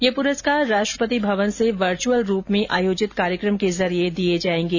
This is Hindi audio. ये पुरस्कार राष्ट्रपति भवन से वर्चुअल रूप में आयोजित कार्यक्रम के जरिये दिए जाएंगे